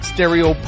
Stereo